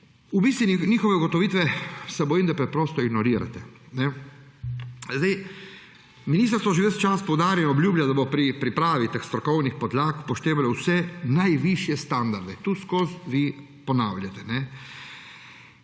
V bistvu njihove ugotovitve, se bojim, da preprosto ignorirate. Ministrstvo že ves čas poudarja, obljublja, da bo pri pripravi teh strokovnih podlag upoštevalo vse najvišje standarde. To vseskozi vi ponavljate.